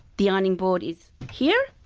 the ironing board is here,